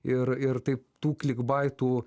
ir ir taip tų klikbaitų